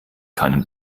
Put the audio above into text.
keinen